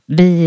vi